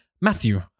Matthew